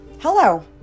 Hello